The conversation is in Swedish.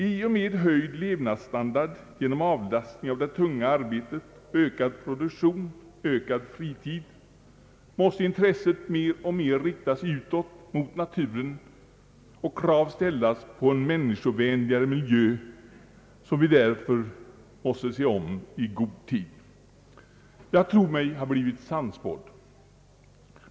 I och med höjd levnadsstandard, genom avlastning av det tunga arbetet, ökad produktion och ökad fritid, måste intresset mer och mer rikta sig utåt mot naturen och krav ställas på en människovänligare miljö, som vi därför måste se om i god tid. Jag tror mig ha blivit sannspådd.